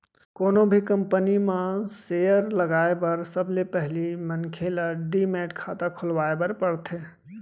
कोनो भी कंपनी म सेयर लगाए बर सबले पहिली मनखे ल डीमैट खाता खोलवाए बर परथे